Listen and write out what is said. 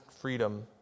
freedom